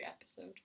episode